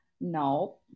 no